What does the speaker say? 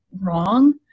wrong